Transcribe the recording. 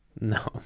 No